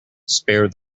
spare